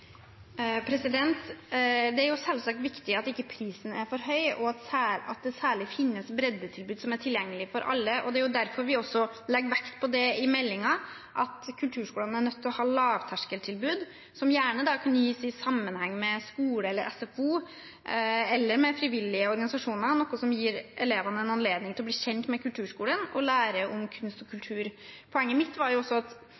Det er selvsagt viktig at prisen ikke er for høy, og at det særlig finnes breddetilbud som er tilgjengelige for alle. Det er derfor vi også legger vekt på det i meldingen, at kulturskolene er nødt til å ha lavterskeltilbud, som gjerne kan gis i sammenheng med skole, SFO eller med frivillige organisasjoner. Det gir elevene en anledning til å bli kjent med kulturskolen og lære om kunst og kultur. Poenget mitt var også at